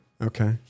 Okay